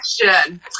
question